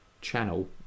channel